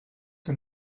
que